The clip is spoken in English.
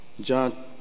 John